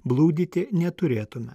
blūdyti neturėtume